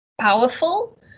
powerful